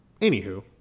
Anywho